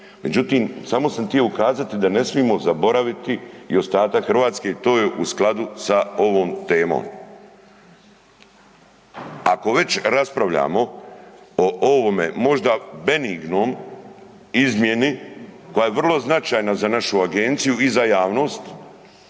Međutim, samo sam tio ukazati da ne smimo zaboraviti i ostatak Hrvatske, to je u skladu sa ovom temom. Ako već raspravljamo o ovome možda benignom izmjeni koja je vrlo značajna za našu agenciju i za javnost,